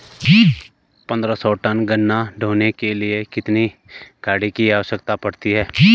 पन्द्रह सौ टन गन्ना ढोने के लिए कितनी गाड़ी की आवश्यकता पड़ती है?